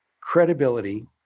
credibility